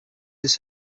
his